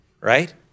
right